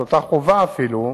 את אותה חובה אפילו,